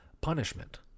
punishment